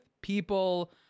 people